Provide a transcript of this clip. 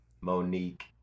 Monique